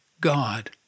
God